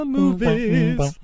movies